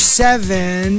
seven